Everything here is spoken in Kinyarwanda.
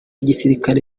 gisirikare